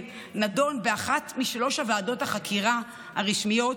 נדון באחת משלוש ועדות החקירה הרשמיות